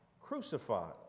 crucified